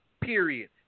period